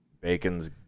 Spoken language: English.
bacon's